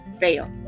fail